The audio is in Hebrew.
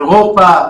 אירופה,